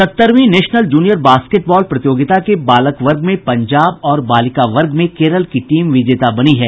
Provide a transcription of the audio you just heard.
सत्तरवीं national junior basketball प्रतियोगिता के बालक वर्ग में पंजाब और बालिका वर्ग में केरल की टीम विजेता बनी है